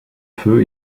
feu